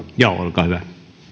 joo olkaa hyvä